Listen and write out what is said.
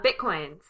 Bitcoins